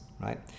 right